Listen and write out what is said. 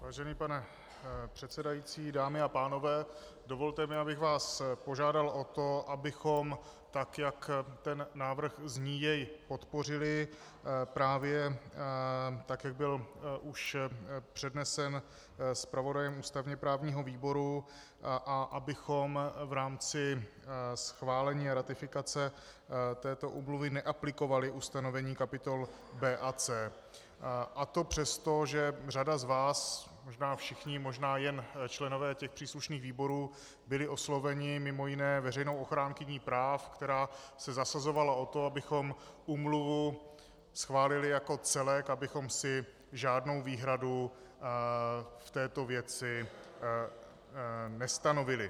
Vážený pane předsedající, dámy a pánové, dovolte mi, abych vás požádal o to, abychom, tak jak ten návrh zní, jej podpořili právě tak, jak byl už přednesen zpravodajem ústavněprávního výboru, a abychom v rámci schválení ratifikace této úmluvy neaplikovali ustanovení kapitol B a C, a to přesto, že řada z vás možná všichni, možná jen členové příslušných výborů byla oslovena mimo jiné veřejnou ochránkyní práv, která se zasazovala o to, abychom úmluvu schválili jako celek, abychom si žádnou výhradu v této věci nestanovili.